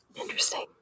Interesting